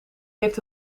heeft